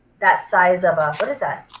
that size of ah what is that?